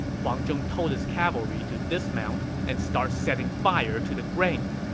huang zhong told his cavalry to dismount and start setting fire to the grain.